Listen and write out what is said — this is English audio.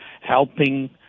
helping